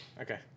okay